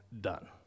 done